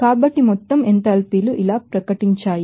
కాబట్టి మొత్తం ఎంథాల్పీలు ఇలా ప్రకటించబడ్డాయి